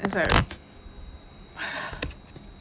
I'm sorry